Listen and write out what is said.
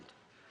מוריד.